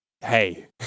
Hey